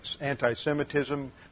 anti-Semitism